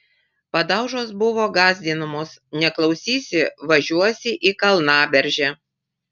padaužos buvo gąsdinamos neklausysi važiuosi į kalnaberžę